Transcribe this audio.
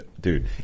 Dude